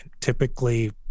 Typically